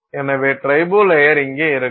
எனவே ட்ரிபோ லேயர் இங்கே இருக்கும்